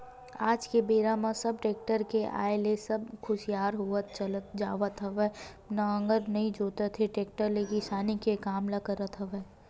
आज के बेरा म सब टेक्टर के आय ले अब सुखियार होवत चले जावत हवय हात म नांगर नइ जोंत के टेक्टर ले किसानी के काम ल करत हवय